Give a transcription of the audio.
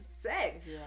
sex